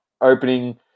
opening